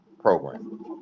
program